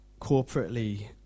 corporately